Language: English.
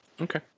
Okay